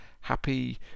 happy